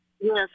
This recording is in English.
Yes